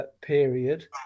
period